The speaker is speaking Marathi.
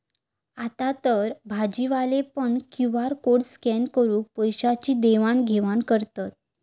आतातर भाजीवाले पण क्यु.आर कोड स्कॅन करून पैशाची देवाण घेवाण करतत